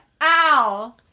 Ow